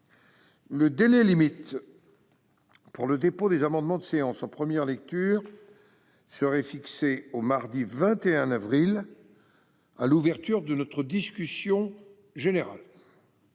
Le délai limite pour le dépôt des amendements de séance en première lecture serait fixé au mardi 21 avril à l'ouverture de la discussion générale.